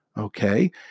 Okay